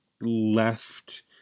left